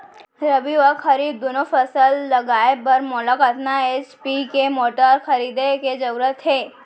रबि व खरीफ दुनो फसल लगाए बर मोला कतना एच.पी के मोटर खरीदे के जरूरत हे?